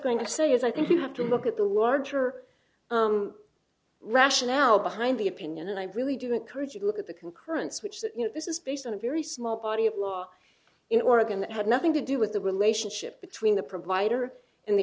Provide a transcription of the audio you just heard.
going to say is i think you have to look at the larger rationale behind the opinion and i really do encourage you to look at the concurrence which is that you know this is based on a very small body of law in oregon that had nothing to do with the relationship between the provider and the